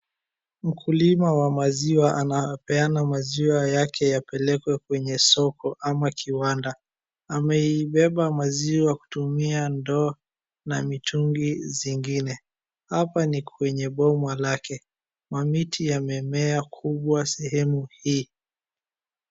Mkulima wa maziwa anapeana maziwa yake yapelekwe kwenye soko ama kiwanda. Ameibeba maziwa kutumia ndoo na mitungi zingine. Hapa ni kwenye boma lake. Mamiti yamemea kubwa sehemu hii.